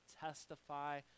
testify